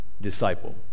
Disciple